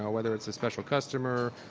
ah whether it's a special customer,